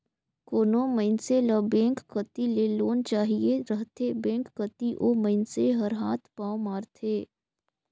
कोनो मइनसे ल बेंक कती ले लोन चाहिए रहथे बेंक कती ओ मइनसे हर हाथ पांव मारथे